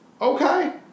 Okay